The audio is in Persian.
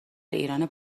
ایران